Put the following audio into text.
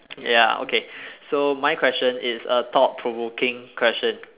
ya okay so my question it's a thought provoking question